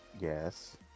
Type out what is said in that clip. Yes